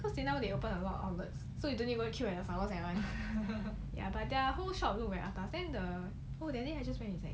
cause they now they open a lot of outlets so you don't even have to and 外卖 but their whole shop look very atas then the oh that day we just went inside